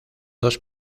dos